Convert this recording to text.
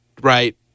right